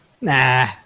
Nah